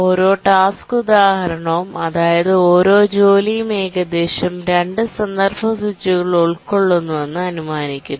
ഓരോ ടാസ്ക് ഉദാഹരണവും അതായത് ഓരോ ജോലിയും ഏകദേശം 2 കോണ്ടെസ്റ് സ്വിച്ചുകൾ ഉൾക്കൊള്ളുന്നുവെന്ന് അനുമാനിക്കുന്നു